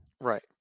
Right